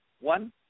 one